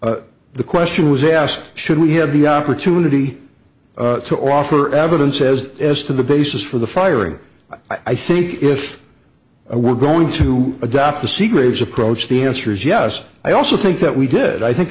the question was asked should we have the opportunity to offer evidence says as to the basis for the firing i think if i were going to adopt the secrets approach the answer is yes i also think that we did i think